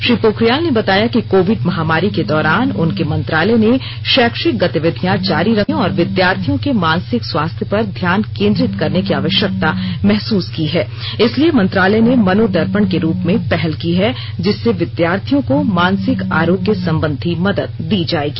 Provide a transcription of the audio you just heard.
श्री पोखरियाल ने बताया कि कोविड महामारी के दौरान उनके मंत्रालय ने शैक्षिक गतिविधियां जारी रखने और विद्यार्थियों के मानसिक स्वास्थ्य पर ध्यान केन्द्रित करने की आवश्यकता महसूस की है इसलिए मंत्रालय ने मनोदर्पण के रूप में पहल की है जिससे विद्यार्थियों को मानसिक आरोग्य संबंधी मदद दी जाएगी